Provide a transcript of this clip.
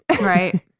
right